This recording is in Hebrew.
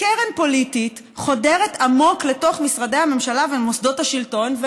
קרן פוליטית חודרת עמוק לתוך משרדי הממשלה ולמוסדות השלטון,